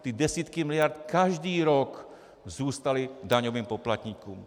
Ty desítky miliard každý rok zůstaly daňovým poplatníkům.